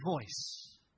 voice